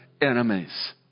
enemies